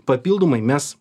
papildomai mes